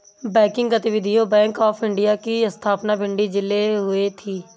banking गतिविधियां bank of India की स्थापना भिंड जिले में हुई थी